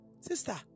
Sister